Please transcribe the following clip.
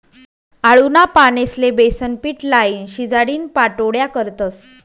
आळूना पानेस्ले बेसनपीट लाईन, शिजाडीन पाट्योड्या करतस